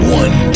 one